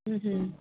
ਹੂੰ ਹੂੰ